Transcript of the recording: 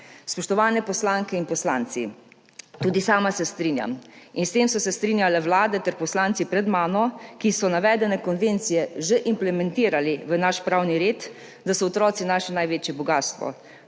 Spoštovani poslanke in poslanci! Tudi sama se strinjam, in s tem so se strinjale vlade ter poslanci pred mano, ki so navedene konvencije že implementirali v naš pravni red, da so otroci naše največje bogastvo.